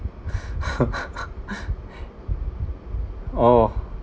oh